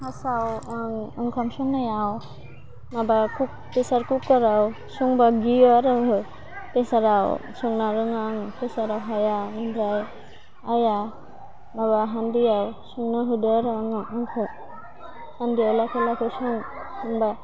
फार्स्ताव ओंखाम संनायाव माबा प्रेसार कुखाराव संबा गियो आरो आङो प्रेसाराव संनो रोङा आं प्रेसाराव हाया ओमफ्राय आइया माबा हान्दैयाव संनो होदों आरो आंनो आंखौ हान्दैयाव लासै लासै संबाय